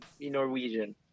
Norwegian